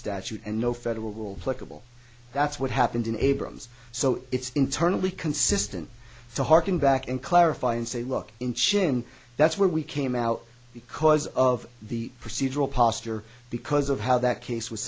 statute and no federal rule clickable that's what happened in abrams so it's internally consistent to hearken back and clarify and say look in chin that's where we came out because of the procedural posture because of how that case was